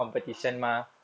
a'ah